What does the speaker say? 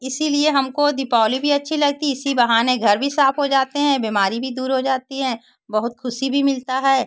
इसीलिए हमको दीपावली भी अच्छी लगती इसी बहाने घर भी साफ हो जाते हैं बिमारी भी दूर हो जाती हैं बहुत ख़ुशी भी मिलती है